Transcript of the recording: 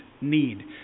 need